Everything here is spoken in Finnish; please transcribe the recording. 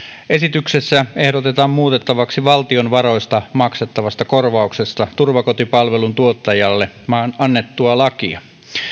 esityksessä ehdotetaan muutettavaksi valtion varoista maksettavasta korvauksesta turvakotipalvelun tuottajalle annettua lakia